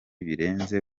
birenze